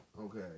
Okay